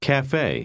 Cafe